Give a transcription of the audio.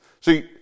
See